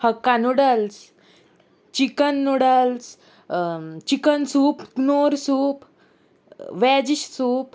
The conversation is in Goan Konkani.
हक्का noodles chicken noodles chicken soup नूर सूप वॅज सूप